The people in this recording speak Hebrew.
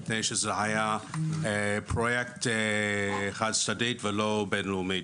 מפני שזה היה פרויקט חד צדדי ולא בינלאומי.